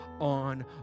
on